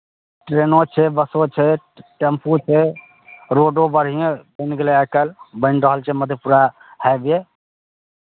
ट्रेनो छै बसो छै टेम्पू छै रोडो बढ़िएँ बनि गेलै आइ काल्हि बनि रहल छै मधेपुरा हाइवे